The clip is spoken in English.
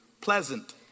Pleasant